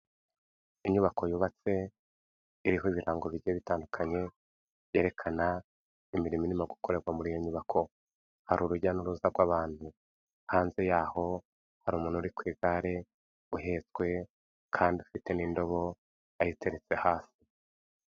Inyubako yubatswe, iriho ibirango bigiye bitandukanye byerekana imirimo irimo gukorerwa muri iyo nyubako. Hari urujya n'uruza rw'abantu. Hanze yaho hari umuntu uri ku igare uhetswe kandi ufite n'indobo ayiteretse hasi.